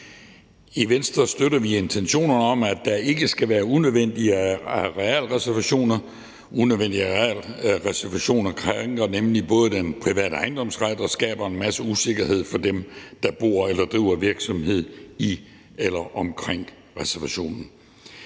I Venstre støtter vi intentionerne om, at der ikke skal være unødvendige arealreservationer. De krænker nemlig både den private ejendomsret og skaber en masse usikkerhed for dem, der bor eller driver virksomhed i eller omkring reservationen.